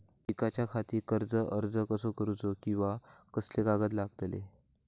शिकाच्याखाती कर्ज अर्ज कसो करुचो कीवा कसले कागद लागतले?